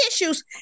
issues